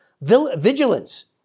vigilance